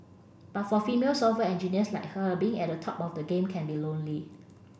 but for female software engineers like her being at the top of the game can be lonely